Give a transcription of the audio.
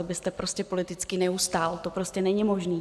To byste prostě politicky neustál, to prostě není možné.